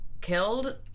killed